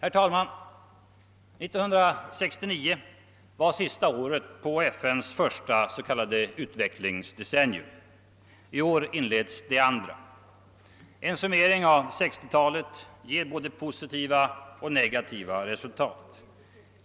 1969 var det sista året av FN:s första s.k. utvecklingsdecennium. I år inleds det andra. En summering av vad som hänt under 1960-talet ger både positiva och negativa resultat.